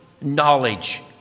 knowledge